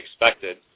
expected